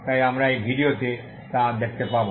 তাই আমরা এই ভিডিওতে তা দেখতে পাব